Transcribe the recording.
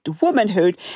womanhood